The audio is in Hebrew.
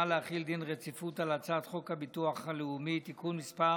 להחיל דין רציפות על הצעת חוק הביטוח הלאומי (תיקון מס'